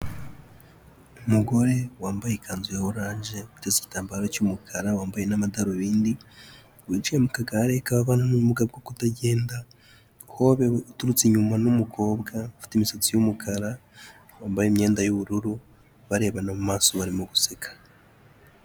Umugore wambaye ikanzu ya oranje, ateze igitambaro cy'umukara wambaye n'amadarubindi, wicaye mu kagare kabana n'ubumuga bwo kutagenda, uhobewe uturutse inyuma n'umukobwa ufite imisatsi y'umukara, wambaye imyenda y'ubururu barebana mu maso barimo guseka.